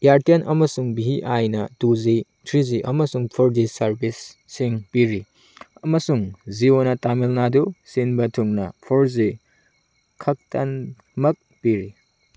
ꯏꯌꯥꯔꯇꯦꯟ ꯑꯃꯁꯨꯡ ꯚꯤ ꯑꯥꯏꯅ two G three G ꯑꯃꯁꯨꯡ ꯐꯣꯔ ꯖꯤ ꯁꯥꯔꯕꯤꯁꯁꯤꯡ ꯄꯤꯔꯤ ꯑꯃꯁꯨꯡ ꯖꯤꯑꯣꯅ ꯇꯥꯃꯤꯜꯅꯥꯗꯨ ꯁꯤꯟꯕ ꯊꯨꯡꯅ ꯐꯣꯔ ꯖꯤ ꯈꯛꯇꯃꯛ ꯄꯤꯔꯤ